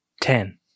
ten